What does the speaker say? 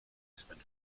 spent